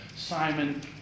Simon